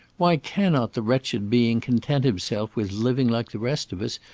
why cannot the wretched being content himself with living like the rest of us,